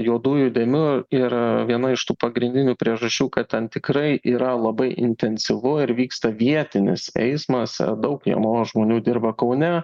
juodųjų dėmių ir viena iš tų pagrindinių priežasčių kad ten tikrai yra labai intensyvu ir vyksta vietinis eismas daug jaunų žmonių dirba kaune